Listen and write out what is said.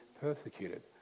persecuted